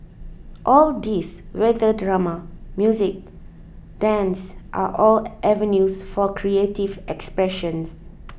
all these whether drama music dance are all avenues for creative expression